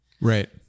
Right